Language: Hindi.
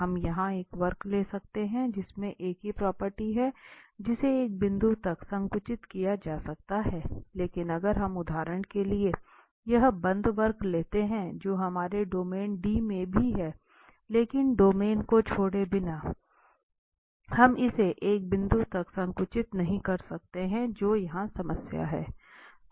हम यहां एक वक्र ले सकते हैं जिसमें एक ही प्रॉपर्टी है जिसे एक बिंदु तक संकुचित किया जा सकता है लेकिन अगर हम उदाहरण के लिए यह बंद वक्र लेते हैं जो हमारे डोमेन D में भी है लेकिन डोमेन को छोड़े बिना हम इसे एक बिंदु तक संकुचित नहीं कर सकते हैं जो यहां समस्या है